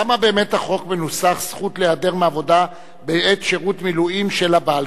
למה באמת החוק מנוסח: זכות להיעדר מהעבודה בעת שירות מילואים של הבעל?